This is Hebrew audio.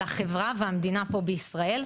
על החברה והמדינה פה בישראל.